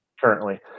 currently